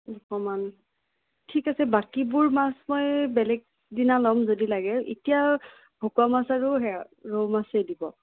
মান ঠিক আছে বাকীবোৰ মাছ মই বেলেগ দিনা ল'ম যদি লাগে এতিয়া ভকুৱা মাছ আৰু সেইয়া ৰৌ মাছেই দিব